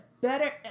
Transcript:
better